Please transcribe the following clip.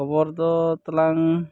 ᱠᱷᱚᱵᱚᱨ ᱫᱚ ᱛᱟᱞᱟᱝ